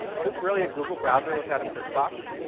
is this really a google browser without a search box?